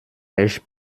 echt